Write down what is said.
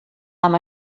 amb